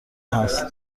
هست